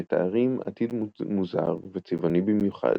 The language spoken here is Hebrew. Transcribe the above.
הם מתארים עתיד מוזר וצבעוני במיוחד,